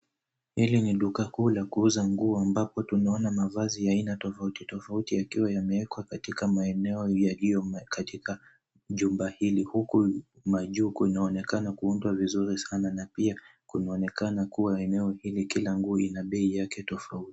Hili ni duka kuu la kuuzia nguo ambapo tunaona mavazi ya aina tofauti tofauti yakiwa yamewekwa katika maeneo ya jumba hili huku majuu kunaonekana kuundwa vizuri sana. Na pia kunaonekana kuwa eneo hili kila nguo ina bei yake tofauti.